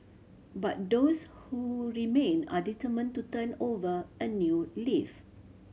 but those who remain are determined to turn over a new leaf